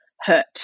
hurt